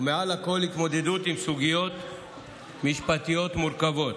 ומעל הכול, התמודדות עם סוגיות משפטיות מורכבות.